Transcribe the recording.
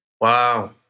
Wow